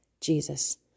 Jesus